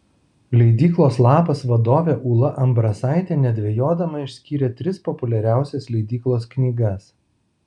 leidyklos lapas vadovė ūla ambrasaitė nedvejodama išskyrė tris populiariausias leidyklos knygas